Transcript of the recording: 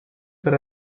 per